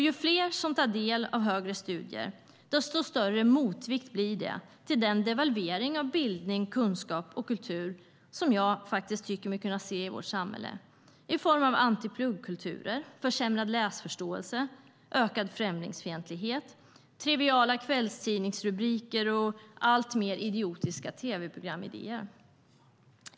Ju fler som tar del av högre studier, desto större motvikt blir det till den devalvering av bildning, kunskap och kultur som jag tycker mig kunna se i vårt samhälle i form av antipluggkulturer, försämrad läsförståelse, ökad främlingsfientlighet, triviala kvällstidningsrubriker och alltmer idiotiska tv-programsidéer.